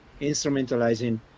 instrumentalizing